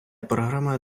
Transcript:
програма